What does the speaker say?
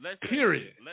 Period